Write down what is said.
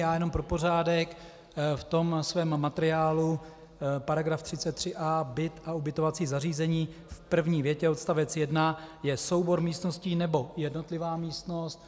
Já jenom pro pořádek, v tom materiálu § 33a, byt a ubytovací zařízení v první větě odst. 1 je soubor místností nebo jednotlivá místnost.